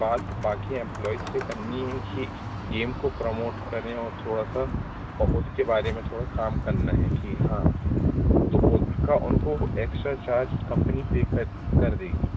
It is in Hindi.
बात बाकी एम्प्लॉइज़ से करनी है कि गेम को प्रमोट करें और थोड़ा सा उसके बारे में थोड़ा काम करना है कि हाँ तो उसका उनको एक्स्ट्रा चार्ज कंपनी पे कर कर देगी